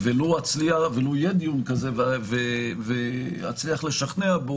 אם יהיה דיון כזה אולי אצליח לשכנע בו